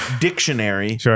Dictionary